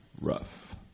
rough